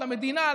למדינה,